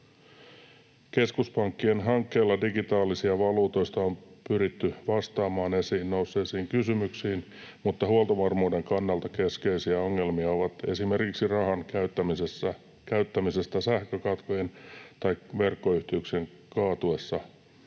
Keskuspankkien hankkeilla digitaalisista valuutoista on pyritty vastaamaan esiin nousseisiin kysymyksiin, mutta huoltovarmuuden kannalta keskeisiä ongelmia, esimerkiksi rahan käyttämisestä sähkökatkojen aikana tai verkkoyhteyksien kaatuessa,